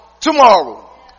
tomorrow